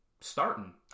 starting